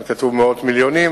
כאן כתוב "מאות מיליונים",